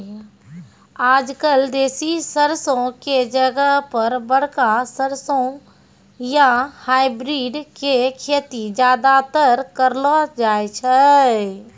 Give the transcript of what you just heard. आजकल देसी सरसों के जगह पर बड़का सरसों या हाइब्रिड के खेती ज्यादातर करलो जाय छै